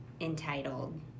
entitled